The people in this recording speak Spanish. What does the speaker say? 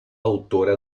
autora